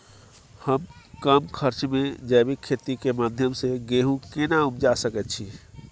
हम कम खर्च में जैविक खेती के माध्यम से गेहूं केना उपजा सकेत छी?